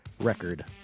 record